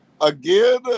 again